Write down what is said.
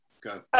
go